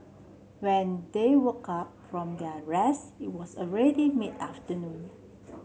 when they woke up from their rest it was already mid afternoon